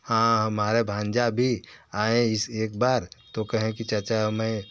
हाँ हमारा भांजा भी आए इस एक बार तो कहें कि चाचा मैं